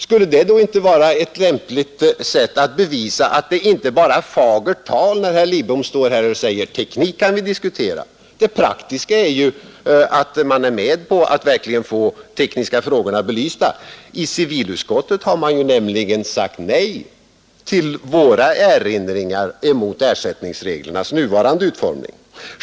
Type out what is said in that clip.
Skulle det inte vara ett lämpligt sätt att bevisa att det inte bara är fagert tal, när herr Lidbom står här och säger att teknik kan vi diskutera? Det praktiska är ju att vara med om att få frågorna belysta. I civilutskottet har majoriteten nämligen sagt nej till våra erinringar mot ersättningsreglernas nuvarande utformning.